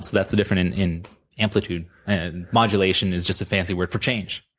that's the different in in amplitude and modulation is just a fancy word for change,